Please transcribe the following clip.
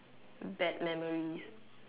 bad memories